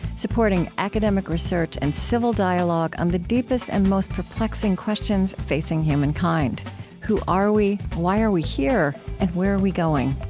supporting academic research and civil dialogue on the deepest and most perplexing questions facing humankind who are we? why are we here? and where are we going?